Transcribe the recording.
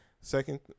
Second